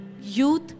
youth